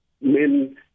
men